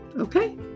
okay